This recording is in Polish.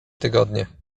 tygodnie